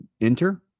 enter